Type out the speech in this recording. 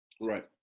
Right